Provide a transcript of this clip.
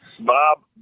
Bob